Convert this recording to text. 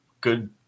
good